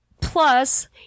Plus